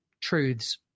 truths